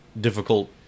difficult